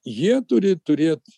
jie turi turėt